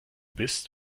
bist